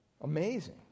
Amazing